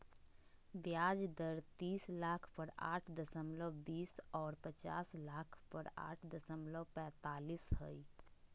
ब्याज दर तीस लाख पर आठ दशमलब बीस और पचास लाख पर आठ दशमलब पैतालीस हइ